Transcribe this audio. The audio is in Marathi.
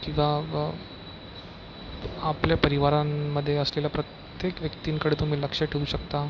किंवा आपल्या परिवारांमध्ये असलेल्या प्रत्येक व्यक्तींकडे तुम्ही लक्ष ठेवू शकता